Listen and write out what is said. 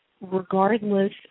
regardless